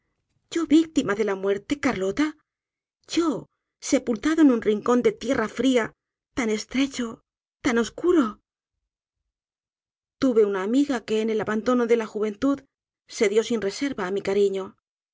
yo víctima de la muerte carlota yo sepultado en un rincón de tierra fria tan estrecho tan oscuro tuve una amiga que en el abandono de la juventud se dio sin reserva á mi cariño